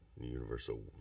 universal